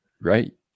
right